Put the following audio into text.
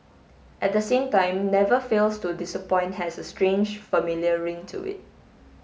at the same time never fails to disappoint has a strange familiar ring to it